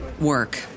work